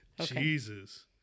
Jesus